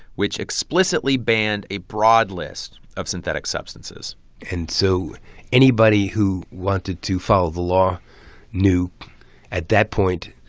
which explicitly banned a broad list of synthetic substances and so anybody who wanted to follow the law knew at that point,